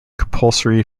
compulsory